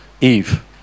Eve